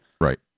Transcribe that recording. Right